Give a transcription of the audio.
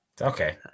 Okay